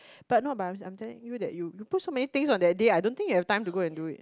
but no but I'm I'm telling you that you put so many things on that day I don't think you have time to go and do it